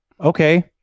Okay